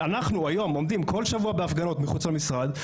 אנחנו היום עומדים כל שבוע בהפגנות מחוץ למשרד,